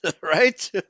right